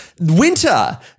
winter